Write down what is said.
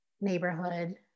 neighborhood